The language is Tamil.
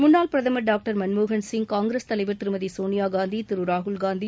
முன்னாள் பிரதமர் டாக்டர் மன்மோகன்சிங் காங்கிரஸ் தலைவர் திருமதி சோனியாகாந்தி திரு ராகுல்காந்தி